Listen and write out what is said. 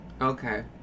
okay